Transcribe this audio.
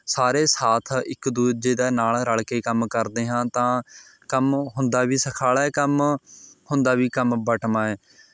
ਸਾਰੇ ਸਾਥ ਇੱਕ ਦੂਜੇ ਦਾ ਨਾਲ ਰਲ਼ ਕੇ ਹੀ ਕੰਮ ਕਰਦੇ ਹਾਂ ਤਾਂ ਕੰਮ ਹੁੰਦਾ ਵੀ ਸੁਖਾਲ਼ਾ ਹੈ ਕੰਮ ਹੁੰਦਾ ਵੀ ਕੰਮ ਵੰਡਮਾ ਹੈ